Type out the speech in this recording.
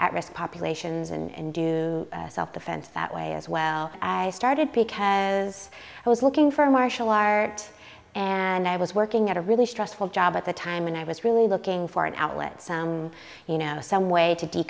at risk populations and do self defense that way as well i started because i was looking for a martial art and i was working at a really stressful job at the time and i was really looking for an outlet some you know some way to